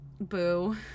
boo